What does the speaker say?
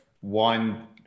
one